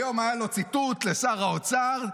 היום היה ציטוט גאוני לשר האוצר,